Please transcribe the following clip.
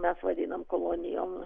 mes vadinam kolonijom